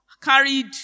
carried